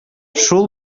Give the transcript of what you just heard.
шул